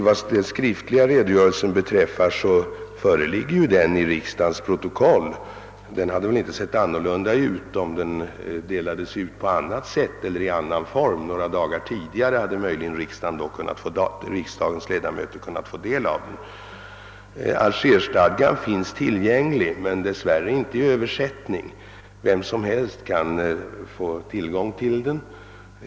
Vad den skriftliga redogörelsen beträffar föreligger den alltså i riksdagens protokoll, och den hade inte sett annorlunda ut om den delats ut i form av ett interpellationssvar. Möjligen haderiksdagens ledamöter kunnat få del av mina synpunkter några dagar tidigare än vad som nu blev fallet. Alger-stadgan finns tillgänglig, men dess värre inte i översättning. Vem som helst kan få tillgång till den.